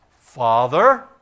Father